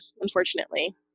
unfortunately